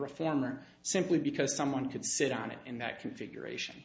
reformer simply because someone could sit on it in that configuration